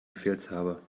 befehlshaber